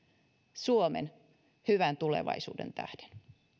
suomen hyvän tulevaisuuden tähden